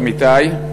עמיתי,